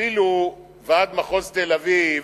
אפילו ועד מחוז תל-אביב